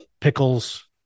pickles